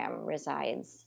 resides